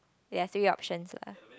ya three options